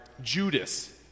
Judas